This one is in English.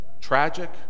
tragic